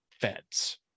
feds